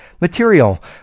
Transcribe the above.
material